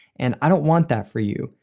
and i don't want that for you.